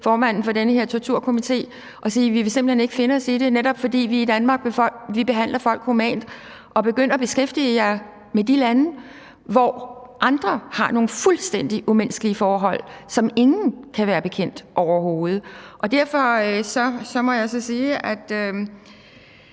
formanden for den her torturkomité og sige: Vi vil simpelt hen ikke finde os i det, netop fordi vi i Danmark behandler folk humant; begynd at beskæftige jer med de lande, hvor man har nogle fuldstændig umenneskelige forhold, som ingen kan være bekendt, overhovedet. Derfor må jeg sige, at